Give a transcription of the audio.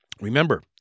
remember